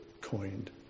coined